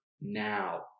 now